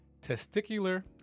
testicular